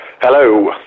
hello